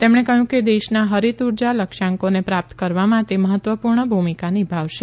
તેમણે કહયું કે દેશના હરિત ઉર્જા લક્ષ્યાંકોને પ્રાપ્ત કરવામાં તે મહત્વપુર્ણ ભૂમિકા નિભાવશે